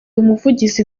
umuvugizi